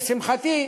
לשמחתי,